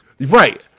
Right